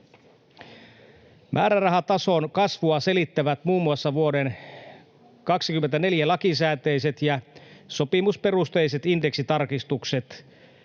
Määrärahatason kasvua selittävät muun muassa vuoden 24 lakisääteiset ja sopimusperusteiset indeksitarkistukset,